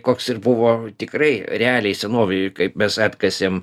koks ir buvo tikrai realiai senovėj kaip mes atkasėm